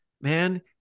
man